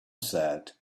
said